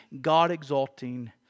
God-exalting